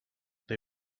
they